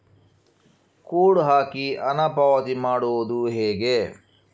Code ಹಾಕಿ ಹಣ ಪಾವತಿ ಮಾಡೋದು ಹೇಗೆ?